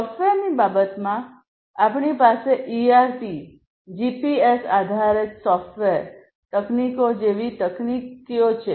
સોફ્ટવેરની બાબતમાં આપણી પાસે ઇઆરપી જીપીએસ આધારિત સોફ્ટવેર તકનીકો જેવી તકનીકીઓ છે